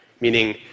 meaning